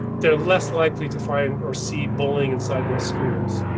they're less likely to find or see bullying inside those schools.